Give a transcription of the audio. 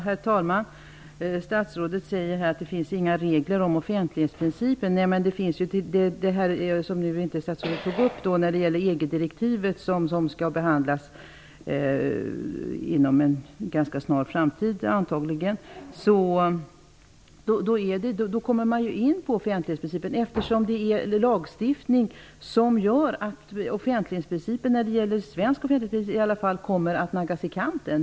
Herr talman! Statsrådet säger här att det inte finns några regler om offentlighetsprincipen. Men när EG-direktivet, som statsrådet nu inte tog upp, skall behandlas -- och det blir antagligen inom en ganska snar framtid -- kommer man ju in på offentlighetsprincipen, eftersom det gäller lagstiftning som gör att den svenska offentlighetsprincipen kommer att naggas i kanten.